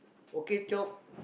okay chope